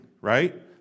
right